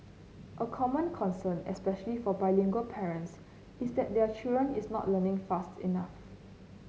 a common concern especially for bilingual parents is that their children is not learning fast enough